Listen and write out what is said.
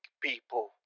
people